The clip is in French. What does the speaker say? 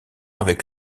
avec